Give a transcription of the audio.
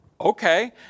Okay